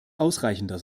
ausreichender